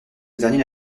dernier